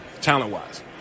talent-wise